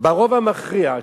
ברוב המכריע,